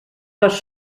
les